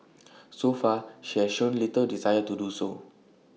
so far she has shown little desire to do so